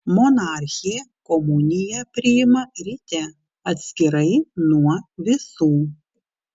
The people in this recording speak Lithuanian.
monarchė komuniją priima ryte atskirai nuo visų